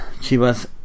Chivas